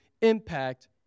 impact